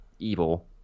Evil